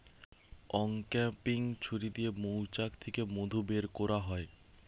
uncapping ছুরি দিয়ে মৌচাক থিকে মধু বের কোরা হয়